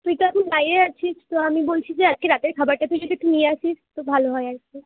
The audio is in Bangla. তুই তো এখন বাইরে আছিস তো আমি বলছি যে আজকে রাতের খাবারটা তুই যদি একটু নিয়ে আসিস তো ভালো হয় আর কি